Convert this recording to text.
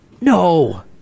no